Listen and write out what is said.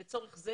לצורך זה